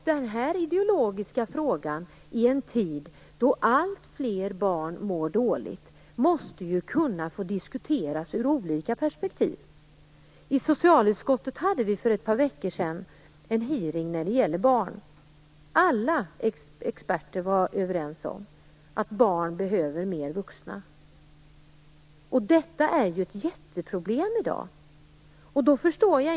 Den här ideologiska frågan måste ju kunna diskuteras ur olika perspektiv i en tid då alltfler barn mår dåligt. För ett par veckor sedan hade vi en hearing i socialutskottet som handlade om barn. Alla experter var överens om att barn behöver mer vuxna. Detta är ju ett jätteproblem i dag.